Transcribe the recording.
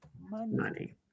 money